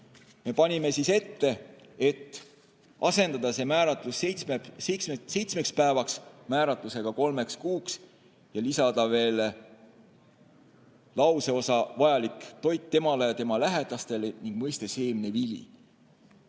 Me panime ette, et asendada määratlus "seitsmeks päevaks" määratlusega "kolmeks kuuks" ja lisada veel lauseosa "vajalik toit temale ja tema lähedastele" ning mõiste "seemnevili".